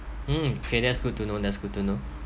mm K that's good to know that's good to know